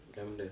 apa benda